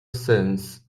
sense